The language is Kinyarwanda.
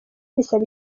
bisaba